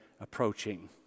approaching